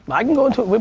i can go into,